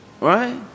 Right